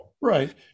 Right